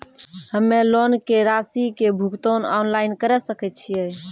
हम्मे लोन के रासि के भुगतान ऑनलाइन करे सकय छियै?